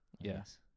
Yes